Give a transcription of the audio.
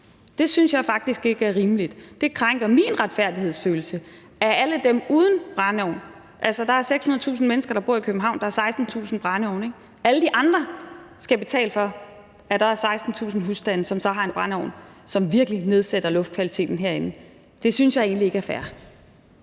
Det synes jeg faktisk ikke er rimeligt, og det krænker min retfærdighedsfølelse, at alle dem uden brændeovn skal betale for dem, der har. Altså, der er 600.000 mennesker, der bor i København, der er 16.000 brændeovne, så alle de andre skal betale for, at der er 16.000 husstande, som så har en brændeovn, som virkelig nedsætter luftkvaliteten i København. Det synes jeg egentlig ikke er fair.